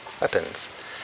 weapons